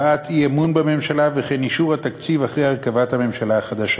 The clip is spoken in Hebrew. הבעת אי-אמון בממשלה ואישור התקציב אחרי הרכבת ממשלה חדשה.